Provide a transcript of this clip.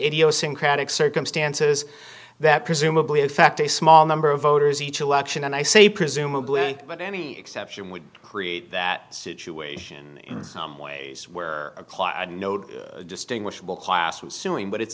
idiosyncratic circumstances that presumably effect a small number of voters each election and i say presumably but any exception would create that situation in some ways where node distinguishable class was suing but it's